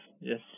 yes